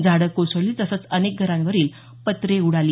झाडं कोसळली तसंच अनेक घरांवरील पत्रे उडाली